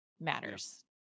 matters